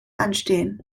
anstehen